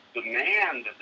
demand